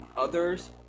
others